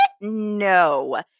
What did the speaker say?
No